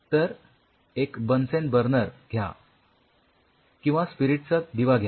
तर एक Bunsen burner घ्या किंवा एक स्पिरीटचा दिवा घ्या